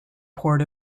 port